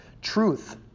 Truth